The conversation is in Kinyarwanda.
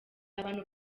abantu